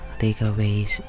takeaways